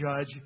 judge